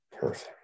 perfect